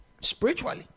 spiritually